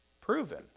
proven